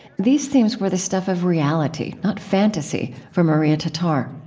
these themes were the stuff of reality, not fantasy, for maria tatar